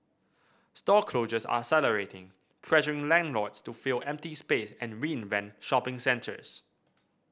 store closures are accelerating pressuring landlords to fill empty space and reinvent shopping centres